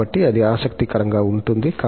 కాబట్టి అది ఆసక్తికరంగా ఉంటుంది